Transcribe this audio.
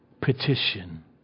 petition